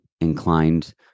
inclined